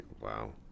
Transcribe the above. Wow